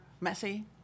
messy